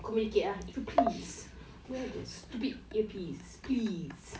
communicate ah if you please wear the stupid earpiece please